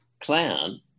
clan